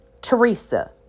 Teresa